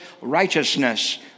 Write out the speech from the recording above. righteousness